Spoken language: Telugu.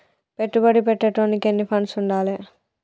పెట్టుబడి పెట్టేటోనికి ఎన్ని ఫండ్స్ ఉండాలే?